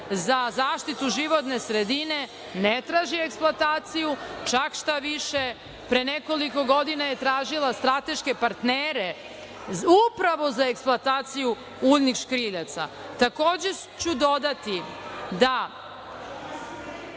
za zaštitu životne sredine ne traži eksploataciju, čak šta više pre nekoliko godina je tražila strateške partnere upravo za eksploataciju uljnih škriljaca. Takođe ću dodati da